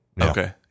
Okay